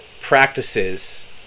practices